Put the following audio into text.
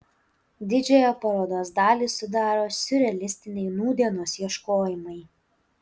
didžiąją parodos dalį sudaro siurrealistiniai nūdienos ieškojimai